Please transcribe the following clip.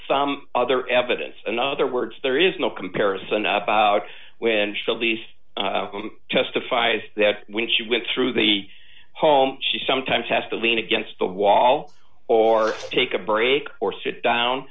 some other evidence in other words there is no comparison about when chiles testifies that when she went through the hall she sometimes has to lean against the wall or take a break or sit down